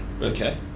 okay